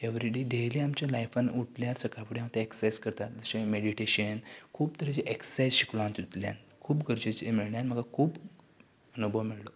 every day daily आमच्या लायफांत उठल्यार सकाळी फुडें हांव ते एक्ससरसायज करतां जशें मेडीटेशन खूब तरेचे एक्ससरसायज शिकलो हांव तितूंतल्यान खूब गरजेची म्हळ्यार म्हाका खूब अनुभव मेळलो